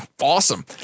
awesome